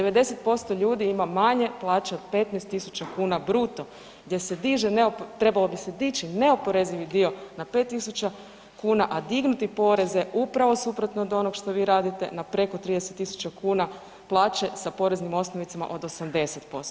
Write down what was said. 90% ljudi ima manje plaće od 15.000 kuna bruto gdje se diže, trebao bi se dići neoporezivi dio na 5.000, a dignuti poreze upravo suprotno od onog što vi radite na preko 30.000 kuna plaće sa poreznim osnovicama od 80%